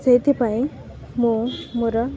ସେଇଥିପାଇଁ ମୁଁ ମୋର